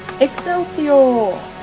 Excelsior